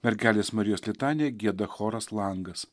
mergelės marijos litaniją gieda choras langas